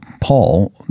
Paul